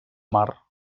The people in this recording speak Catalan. mar